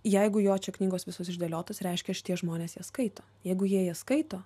jeigu jo čia knygos visos išdėliotos reiškia šitie žmonės jas skaito jeigu jie jas skaito